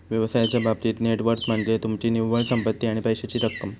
व्यवसायाच्या बाबतीत net worth म्हनज्ये तुमची निव्वळ संपत्ती आणि पैशाची रक्कम